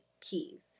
keys